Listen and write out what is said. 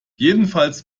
jedenfalls